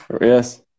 Yes